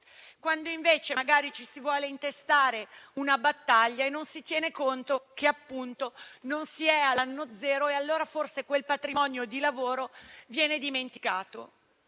quando invece, magari, ci si vuole intestare una battaglia e non si tiene conto che appunto non si è all'anno zero e allora forse quel patrimonio di lavoro viene dimenticato.